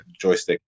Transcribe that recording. joystick